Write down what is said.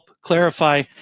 clarify